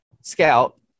scout